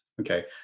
okay